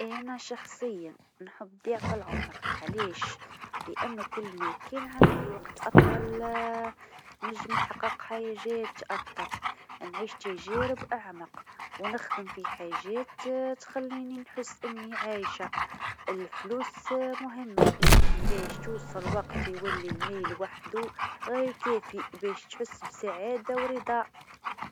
أنا شخصيا نحب ضعف العمر، علاش؟ لأنو كل ما كان عندي وقت أطول نجم نحقق حاجات أكثر، نعيش تجارب أعمق، و نخدم في حاجات تخليني نحس إني عايشه ، الفلوس مهمه لكن باش توصل وقت يولي المال وحدو ما يكفيش باش تحس بسعاده و رضا.